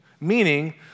Meaning